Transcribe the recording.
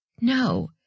No